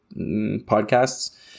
podcasts